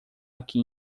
aqui